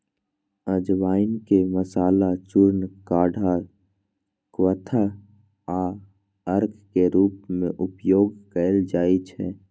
अजवाइन के मसाला, चूर्ण, काढ़ा, क्वाथ आ अर्क के रूप मे उपयोग कैल जाइ छै